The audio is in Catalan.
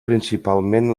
principalment